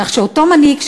כך שאותו מנהיג,